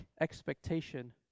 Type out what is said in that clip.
expectation